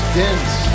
dense